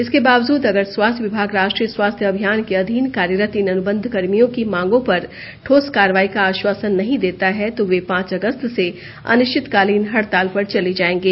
इसके बावजूद अगर स्वास्थ्य विभाग राष्ट्रीय स्वास्थ्य अभियान के अधीन कार्यरत इन अनुबंधकर्मियों की मांगों पर ठोस कार्रवाई का आश्वोसन नहीं देता है तो वे पांच अगस्त से अनिश्चितकालीन हड़ताल पर चर्ले जाएंगे